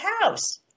House